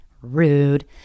rude